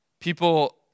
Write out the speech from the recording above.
People